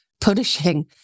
punishing